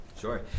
Sure